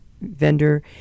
vendor